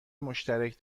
مشترک